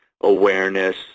awareness